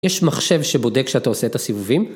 יש מחשב שבודק כשאתה עושה את הסיבובים?